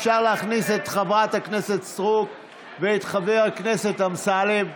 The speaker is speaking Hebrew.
אפשר להכניס את חברת הכנסת סטרוק ואת חבר הכנסת אמסלם.